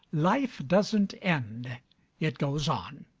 life doesn't end it goes on.